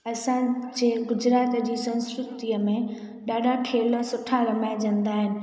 असांजे गुजरात जी संस्कृतिअ में ॾाढा खेल सुठा रमाइजंदा आहिनि